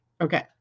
Okay